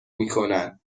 میکنن